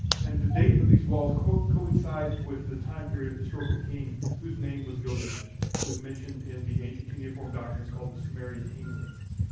and the date of these walls coincides with the time of the historical king whose name was gilgamesh, who is mentioned in the ancient cuneiform documents called the sumerian king lists.